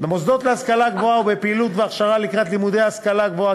במוסדות להשכלה גבוהה ובפעילות והכשרה לקראת לימודי השכלה גבוהה,